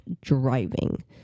driving